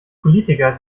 politiker